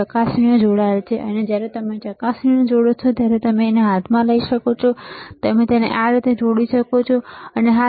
ચકાસણીઓ જોડાયેલ છે અને જ્યારે તમે ચકાસણીને જોડો છો ત્યારે તમે તેને હાથમાં લઈ શકો છો અને તમે તેને આ રીતે જોડી શકો છો હા